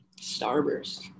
Starburst